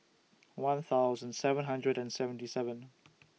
one thousand seven hundred and seventy seven